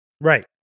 right